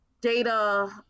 data